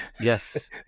Yes